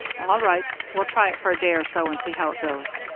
all right. we'll try it for a day or so and see how it goes.